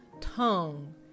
tongue